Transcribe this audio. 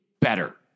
better